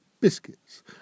biscuits